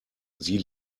sie